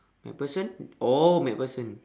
McPherson oh McPherson